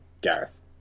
Gareth